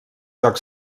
joc